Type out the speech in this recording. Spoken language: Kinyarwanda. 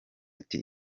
ati